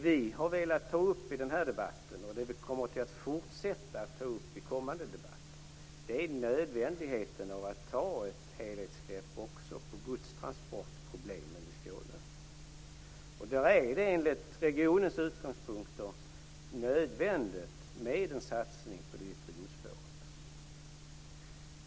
Vi har velat ta fram i debatten - och kommer att göra i kommande debatter - nödvändigheten av att ta ett helhetsgrepp även på problemen med godstransporter i Skåne. Enligt utgångspunkterna i regionen är det nödvändigt med en satsning på det yttre godsspåret.